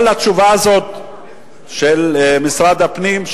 כל התשובה הזאת של משרד הפנים,